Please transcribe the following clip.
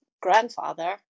grandfather